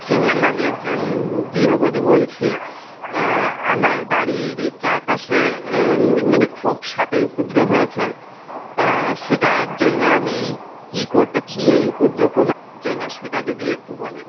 চিনবেন না আমি একজন গৃহবধূ বলছি আমার বাড়ির চারপাশে মানে খুব সাপের উপদ্রব হয়েছে তা সেটার জন্য আমি কী করতে কী দিয়ে এই উপদ্রব কমার জন্য সেটা যদি একটু বলেন